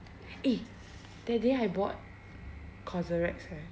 eh that day I bought cosrx eh